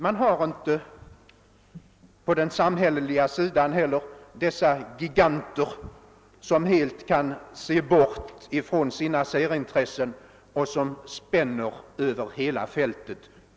Inte heller på samhälleligt håll har man sådana giganter som helt kan se bort från sina särintressen och som kunskapsmässigt spänner över hela fältet.